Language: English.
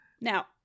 Now